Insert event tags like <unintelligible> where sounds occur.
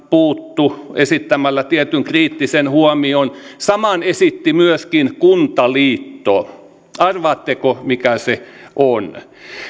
<unintelligible> puuttui esittämällä tietyn kriittisen huomion saman esitti myöskin kuntaliitto arvaatteko mikä se on